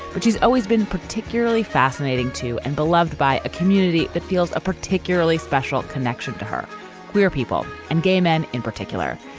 which she's always been particularly fascinating to and beloved by a community that feels a particularly special connection to her queer people and gay men in particular.